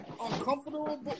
uncomfortable